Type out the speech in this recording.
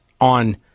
on